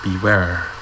beware